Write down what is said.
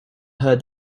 heard